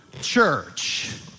church